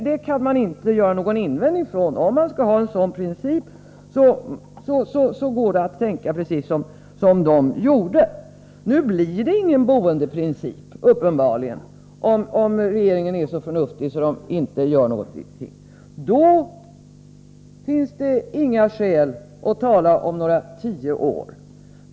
Det kan man inte göra någon invändning emot — om man skall ha en sådan princip, går det att tänka precis som utredningsmajoriteten gjorde. Nu blir det uppenbarligen inte någon boendeprincip, om regeringen är så förnuftig att den inte gör någonting sådant. Då finns det inga skäl att tala om några tio år.